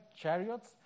chariots